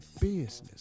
business